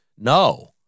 No